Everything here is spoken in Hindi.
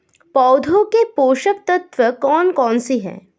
पौधों के पोषक तत्व कौन कौन से हैं?